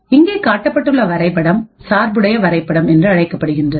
இங்கே காட்டப்பட்டுள்ள வரைபடம் சார்புடைய வரைபடம் என்று அழைக்கப்படுகின்றது